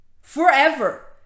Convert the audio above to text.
forever